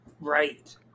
Right